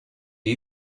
you